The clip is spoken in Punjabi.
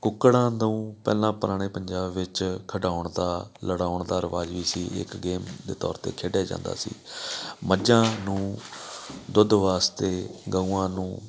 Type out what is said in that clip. ਕੁੱਕੜਾਂ ਨੂੰ ਪਹਿਲਾਂ ਪੁਰਾਣੇ ਪੰਜਾਬ ਵਿੱਚ ਖਿਡਾਉਣ ਦਾ ਲੜਾਉਣ ਦਾ ਰਿਵਾਜ਼ ਵੀ ਸੀ ਇੱਕ ਗੇਮ ਦੇ ਤੌਰ 'ਤੇ ਖੇਡਿਆ ਜਾਂਦਾ ਸੀ ਮੱਝਾਂ ਨੂੰ ਦੁੱਧ ਵਾਸਤੇ ਗਊਆਂ ਨੂੰ